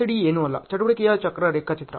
ACD ಏನೂ ಅಲ್ಲ ಚಟುವಟಿಕೆಯ ಚಕ್ರ ರೇಖಾಚಿತ್ರ